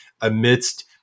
amidst